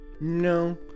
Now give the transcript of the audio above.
no